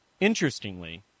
Interestingly